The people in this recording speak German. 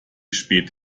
spät